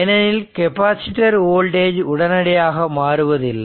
ஏனெனில் capacitor voltage உடனடியாக மாறுவதில்லை